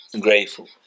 Grateful